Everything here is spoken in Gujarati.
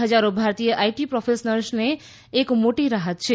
હજારો ભારતીય આઈટી પ્રોફેશનલ્સને આ એક મોટી રાહત છે